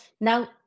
now